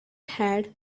had